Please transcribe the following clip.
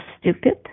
stupid